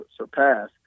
surpass